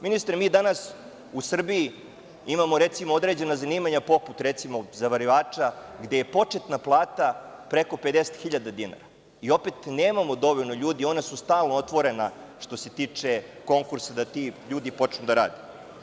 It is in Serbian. Ministre, mi danas u Srbiji imamo, recimo, određena zanimanja poput zavarivača, gde je početna plata preko 50.000 dinara i opet nemamo dovoljno ljudi, ona su stalno otvorena što se tiče konkursa da ti ljudi počnu da rade.